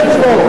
תודה.